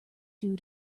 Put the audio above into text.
due